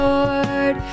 Lord